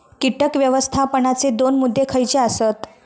कीटक व्यवस्थापनाचे दोन मुद्दे खयचे आसत?